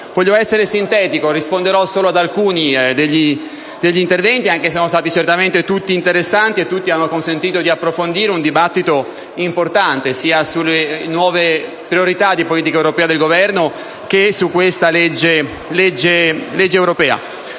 Voglio essere sintetico e dunque risponderò solo ad alcuni degli interventi, anche se sono stati certamente tutti interessanti e tutti hanno consentito di approfondire un dibattito importante, sia sulle nuove priorità di politica europea del Governo che sulla legge europea.